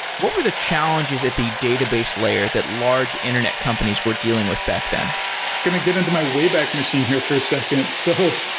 what were the challenges at the database layer that large internet companies were dealing with back then? i'm going to get into my way back machine here for second. so,